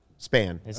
Span